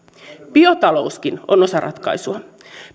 biotalouskin on osa ratkaisua